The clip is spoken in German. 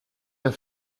der